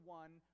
one